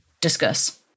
discuss